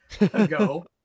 ago